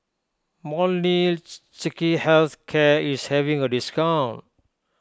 Health Care is having a discount